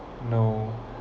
no